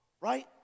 right